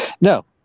No